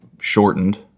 shortened